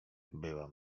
była